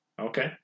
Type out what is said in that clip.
Okay